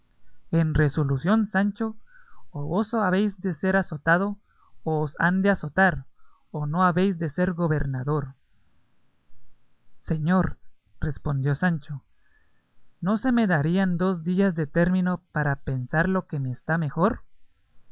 en resolución sancho o vos habéis de ser azotado o os han de azotar o no habéis de ser gobernador señor respondió sancho no se me darían dos días de término para pensar lo que me está mejor